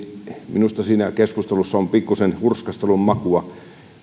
minusta siinä keskustelussa on pikkuisen hurskastelun makua